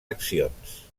accions